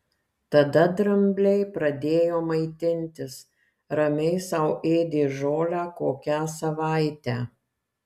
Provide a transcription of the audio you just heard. tada drambliai pradėjo maitintis ramiai sau ėdė žolę kokią savaitę